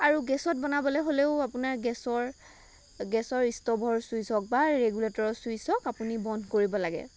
আৰু গেছত বনাবলে হ'লেও আপোনাৰ গেছৰ গেছৰ ষ্ট'ভৰ ছুইটছ হওক বা ৰেগুলেটৰৰ ছুইটছ হওক আপুনি বন্ধ কৰিব লাগে